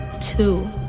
two